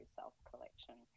self-collection